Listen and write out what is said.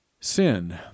sin